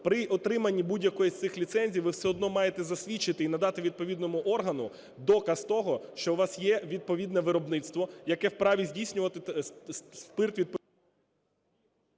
При отриманні будь-якої з цих ліцензій ви все одно маєте засвідчити і надати відповідному органу доказ того, що у вас є відповідне виробництво, яке вправі здійснювати спирт… ГОЛОВУЮЧИЙ.